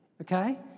okay